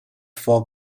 for